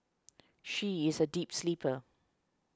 she is a deep sleeper